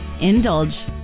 indulge